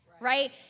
right